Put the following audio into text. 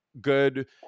good